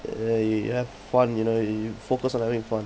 ya you have fun you know you focus on having fun